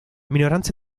minoranza